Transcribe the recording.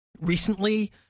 recently